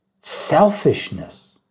Selfishness